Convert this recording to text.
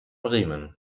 riemen